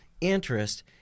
interest